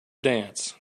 dance